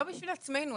לא בשביל עצמנו.